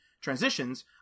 transitions